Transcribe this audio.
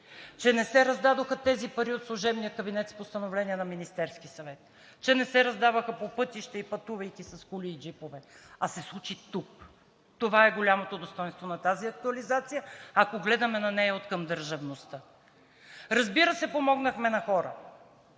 че не се раздадоха тези пари от служебния кабинет с постановление на Министерския съвет, че не се раздаваха по пътищата и пътувайки с коли и джипове, а се случи тук. Това е голямото достойнство на тази актуализация, ако гледаме на нея откъм държавността. Разбира се, помогнахме на хората,